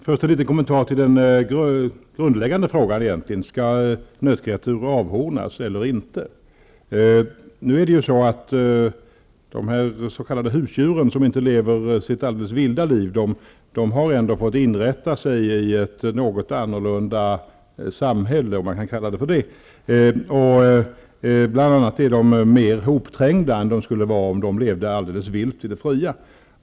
Fru talman! Först en liten kommentar till den egentligen grundläggande frå gan om nötkreatur skall avhornas eller inte. De s.k. husdjuren, som inte helt lever sitt vilda liv, har fått inrätta sig i ett något annorlunda ''samhälle'' -- låt mig kalla det så. Bl.a. annat är de mer hopträngda än om de levde helt vilt i det fria.